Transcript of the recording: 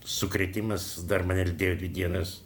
sukrėtimas dar mane lydėjo dvi dienas